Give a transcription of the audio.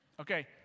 Okay